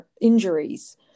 injuries